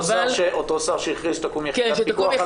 אותו שר שהכריז שתקום יחידת פיקוח על